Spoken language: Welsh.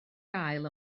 gael